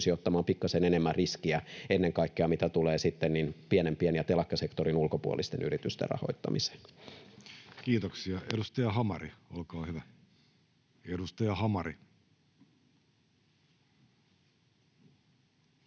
pystyisi ottamaan pikkasen enemmän riskiä ennen kaikkea siinä, mitä tulee pienempien ja telakkasektorin ulkopuolisten yritysten rahoittamiseen. Kiitoksia. — Edustaja Hamari, olkaa hyvä. Edustaja Hamari.